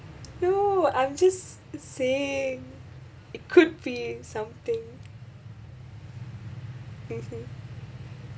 no I'm just saying it could be something mmhmm